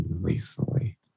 recently